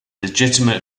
legitimate